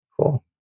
Cool